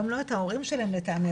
גם לא את ההורים שלהם לטעמי,